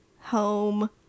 home